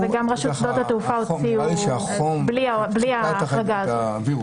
וגם רשות שדות התעופה הוציאו בלי ההחרגה הזאת.